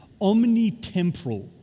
omnitemporal